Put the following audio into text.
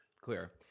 clear